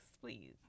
please